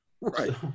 Right